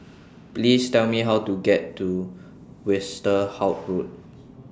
Please Tell Me How to get to Westerhout Road